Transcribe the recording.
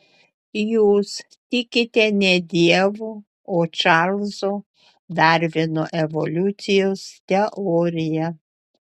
jūs tikite ne dievu o čarlzo darvino evoliucijos teorija